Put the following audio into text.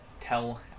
tell